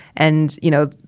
and, you know,